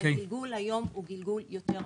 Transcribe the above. הגלגול היום הוא גלגול יותר מהיר.